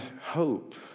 hope